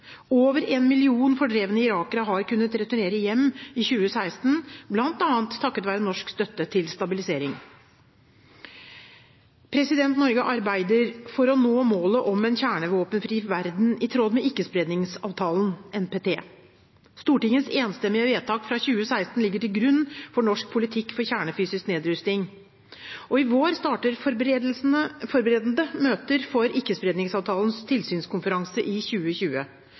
Over en million fordrevne irakere har kunnet returnere hjem i 2016, bl.a. takket være norsk støtte til stabilisering. Norge arbeider for å nå målet om en kjernevåpenfri verden i tråd med Ikkespredningsavtalen, NPT. Stortingets enstemmige vedtak fra 2016 ligger til grunn for norsk politikk for kjernefysisk nedrustning. I vår starter forberedende møter for Ikkespredningsavtalens tilsynskonferanse i 2020.